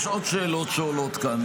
יש עוד שאלות שעולות כאן,